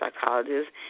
psychologists